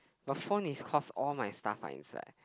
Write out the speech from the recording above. but phone is cause all my stuff are inside